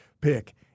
pick